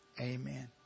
amen